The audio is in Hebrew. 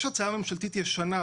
יש הצעה ממשלתית ישנה,